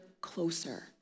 closer